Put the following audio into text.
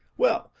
well,